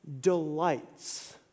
delights